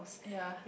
ya